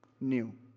new